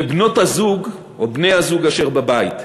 לבנות-הזוג או בני-הזוג אשר בבית,